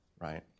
right